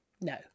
no